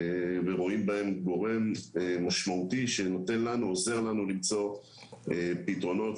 ורואים בהם גורם משמעותי שעוזר לנו למצוא פתרונות,